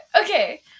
Okay